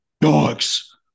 Dogs